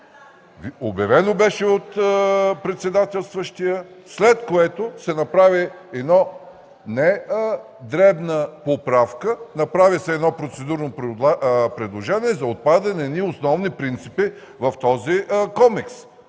обявено от председателстващия, след което се направи една не дребна поправка, направи се едно процедурно предложение за отпадане на едни основни принципи в този комикс.